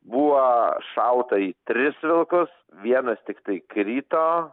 buvo šauta į tris vilkus vienas tiktai krito